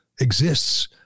exists